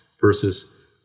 versus